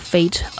Fate